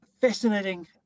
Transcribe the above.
fascinating